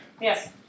Yes